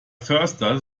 förster